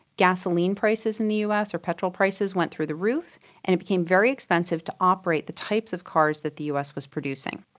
gasoline prices in the us or petrol prices went through the roof and it became very expensive to operate the types of cars that the us was producing.